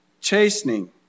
Chastening